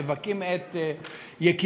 מבכים את יקיריהם,